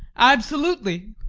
absolutely!